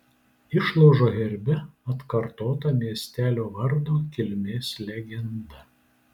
išlaužo herbe atkartota miestelio vardo kilmės legenda